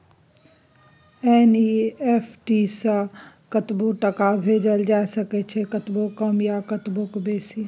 NEFT सँ कतबो टका भेजल जाए सकैए कतबो कम या कतबो बेसी